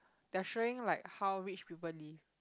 they are showing like how rich people live